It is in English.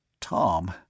Tom